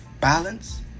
balance